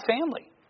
family